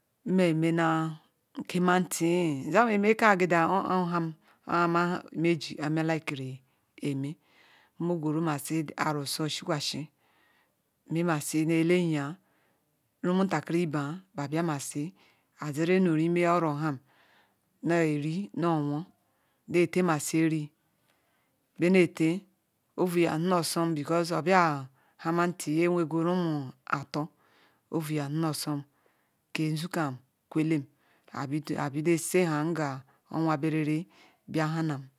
nme mena ke meti nza meme ke agida ohoham oha ne jiga ma hikere eme omogweru ma si arshie shikwa si me monsi eley eyi ruma ta kiri ibea babia mesi aziri nu oro ha he ri nowo ney te masi eri me mete ouu qazirosom because gbia nha meti nye we gwur Rimu ato ovu na zi natam ke zi ham kweham abia seha owa berere